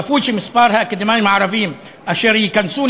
צפוי שמספר האקדמאים הערבים אשר ייכנסו